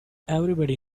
everybody